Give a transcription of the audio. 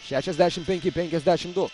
šešiasdešimt penki penkiasdešimt du